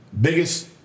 biggest